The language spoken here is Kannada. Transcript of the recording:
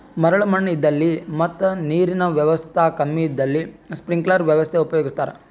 ಮರಳ್ ಮಣ್ಣ್ ಇದ್ದಲ್ಲಿ ಮತ್ ನೀರಿನ್ ವ್ಯವಸ್ತಾ ಕಮ್ಮಿ ಇದ್ದಲ್ಲಿ ಸ್ಪ್ರಿಂಕ್ಲರ್ ವ್ಯವಸ್ಥೆ ಉಪಯೋಗಿಸ್ತಾರಾ